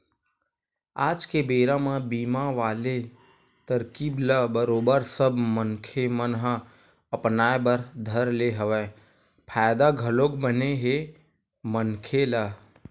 आज के बेरा म बीमा वाले तरकीब ल बरोबर सब मनखे मन ह अपनाय बर धर ले हवय फायदा घलोक बने हे मनखे ल